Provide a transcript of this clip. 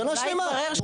שנה שלמה.